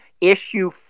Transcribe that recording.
issue